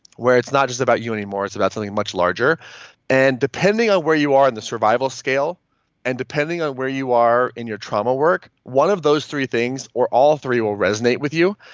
where it's not just about you anymore, it's about something much larger and depending on where you are in the survival scale and depending on where you are in your trauma work, one of those three things or all three will resonate with you.